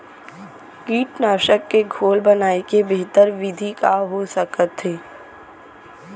कीटनाशक के घोल बनाए के बेहतर विधि का हो सकत हे?